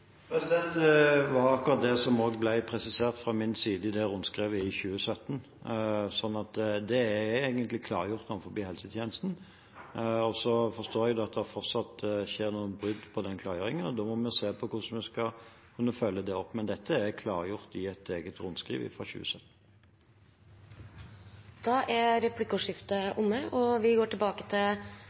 var akkurat det som også ble presisert fra min side i det rundskrivet i 2017. Så dette er egentlig klargjort innenfor helsetjenesten. Så forstår jeg at det fortsatt skjer noen brudd på den klargjøringen, og da må vi se på hvordan vi skal kunne følge opp det. Men dette er klargjort i et eget rundskriv fra 2017. Replikkordskiftet er dermed omme. De talere som heretter får ordet, har også en taletid på inntil 3 minutter. Først: Senterpartiet kjem til